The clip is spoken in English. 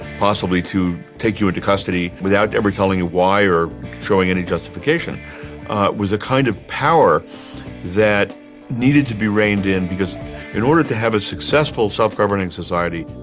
possibly to take you into custody without ever telling you why or showing any justification was a kind of power that needed to be reined in because in order to have a successful, self-governing society,